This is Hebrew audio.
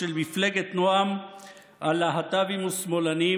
של מפלגת נעם על להט"בים ושמאלנים,